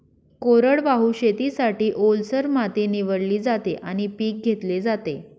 कोरडवाहू शेतीसाठी, ओलसर माती निवडली जाते आणि पीक घेतले जाते